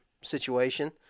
situation